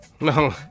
No